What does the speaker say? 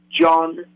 John